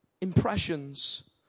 impressions